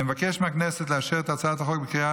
אני מבקש מהכנסת לאשר את הצעת החוק בקריאה